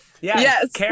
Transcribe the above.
Yes